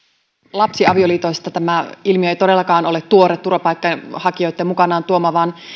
lapsiavioliitoista tämä ilmiö ei todellakaan ole tuore turvapaikanhakijoitten mukanaan tuoma vaan